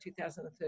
2013